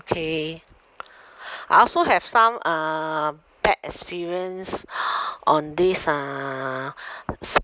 okay I also have some um bad experience on this uh